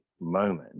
moment